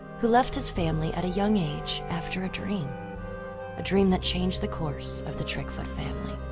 who left his family at a young age after a dream a dream that changed the course of the trickfoot family.